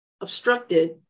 obstructed